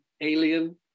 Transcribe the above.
Alien